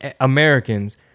Americans